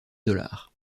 dollars